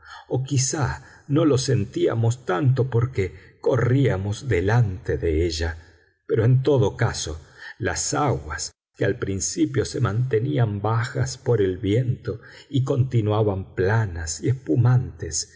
o quizá no lo sentíamos tanto porque corríamos delante de ella pero en todo caso las aguas que al principio se mantenían bajas por el viento y continuaban planas y espumantes